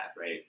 right